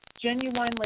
genuinely